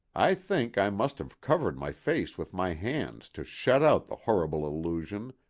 i think i must have covered my face with my hands to shut out the horrible illusion,